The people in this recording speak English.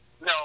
No